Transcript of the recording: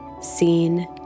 seen